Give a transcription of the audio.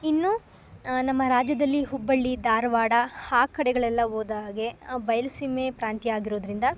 ಇನ್ನು ನಮ್ಮ ರಾಜ್ಯದಲ್ಲಿ ಹುಬ್ಬಳ್ಳಿ ಧಾರವಾಡ ಆ ಕಡೆಗಳೆಲ್ಲ ಹೋದಾಗೆ ಬಯಲು ಸೀಮೆ ಪ್ರಾಂತ್ಯ ಆಗಿರೋದ್ರಿಂದ